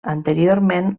anteriorment